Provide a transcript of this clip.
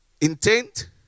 Intent